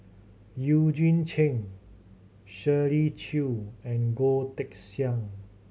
Eugene Chen Shirley Chew and Goh Teck Sian